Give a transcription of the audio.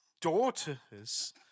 daughters